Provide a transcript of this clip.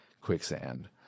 quicksand